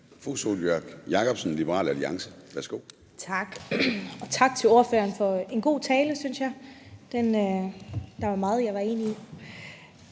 Sólbjørg Jakobsen (LA): Tak. Og tak til ordføreren for en god tale, synes jeg. Der var meget, jeg var enig i.